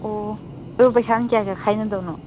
ꯑꯣ ꯑꯗꯣ ꯄꯩꯁꯥ ꯅꯨꯡꯁꯥꯗꯤ ꯈꯥꯏꯅꯗꯕꯔꯣ